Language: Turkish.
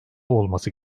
olması